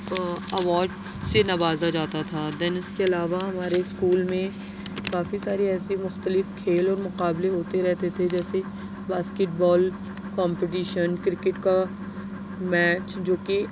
award سے نوازا جاتا تھا دین اس کے علاوہ ہمارے اسکول میں کافی سارے ایسے مختلف کھیل اور مقابلے ہوتے رہتے تھے جیسے باسکٹ بال کومپٹیشن کرکٹ کا میچ جو کہ